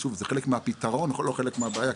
זה חלק מהפתרון ולא חלק מהבעיה,